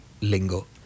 lingo